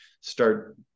start